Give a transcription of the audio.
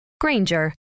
Granger